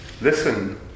Listen